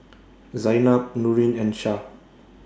Zaynab Nurin and Syah